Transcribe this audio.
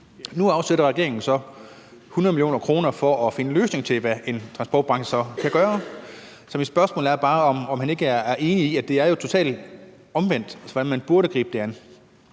Nu afsætter regeringen så 100 mio. kr. til at finde en løsning på, hvad en transportbranche så kan gøre, og mit spørgsmål er bare, om ordføreren ikke er enig i, at det jo er totalt omvendt af, hvordan man burde gribe det an.